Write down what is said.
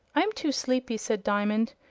i'm too sleepy, said diamond.